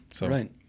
Right